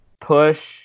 push